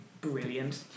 brilliant